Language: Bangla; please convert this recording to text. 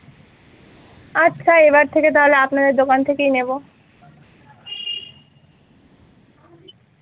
আচ্ছা এবার থেকে তাহলে আপনাদের দোকান থেকেই নেবো